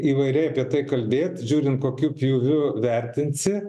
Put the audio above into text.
įvairiai apie tai kalbėt žiūrint kokiu pjūviu vertinsi